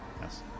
Yes